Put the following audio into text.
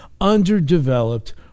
underdeveloped